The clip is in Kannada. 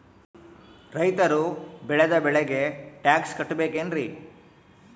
ರೈತರು ಬೆಳೆದ ಬೆಳೆಗೆ ಟ್ಯಾಕ್ಸ್ ಕಟ್ಟಬೇಕೆನ್ರಿ?